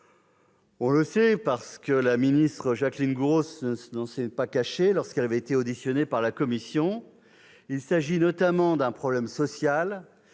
On le sait, car la ministre Jacqueline Gourault ne s'en était pas cachée lorsqu'elle avait été auditionnée par la commission, il s'agit notamment d'un problème social